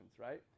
Right